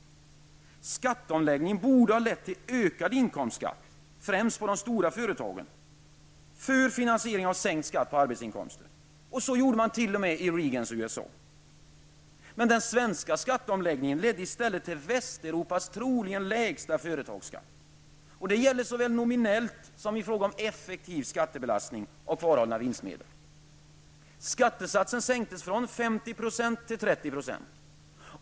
Men skatteomläggningen borde ha lett till en kraftigare inkomstbeskattning, främst när det gäller de stora företagen, för att finansiera sänkt skatt på arbetsinkomster. Så har man gjort t.ex. i Reagans USA. Men den svenska skatteomläggningen har i stället lett till att vi nu troligen har Västeuropas lägsta företagsskatt. Det gäller såväl nominellt som i fråga om en effektiv skattebelastning av kvarhållna vinstmedel. Skattesatsen har sänkts, från 50 till 30 %.